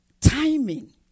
Timing